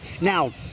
Now